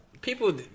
People